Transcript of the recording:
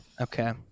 Okay